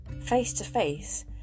Face-to-face